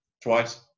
Twice